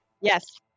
Yes